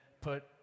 put